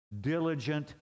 diligent